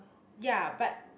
ya but